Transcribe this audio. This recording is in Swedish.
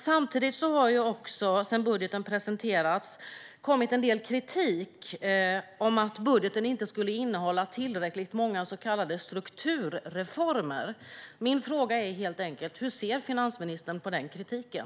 Samtidigt har det sedan budgeten presenterades kommit en del kritik om att den inte skulle innehålla tillräckligt många så kallade strukturreformer. Min fråga är helt enkelt: Hur ser finansministern på den kritiken?